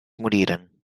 moriren